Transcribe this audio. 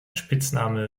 spitzname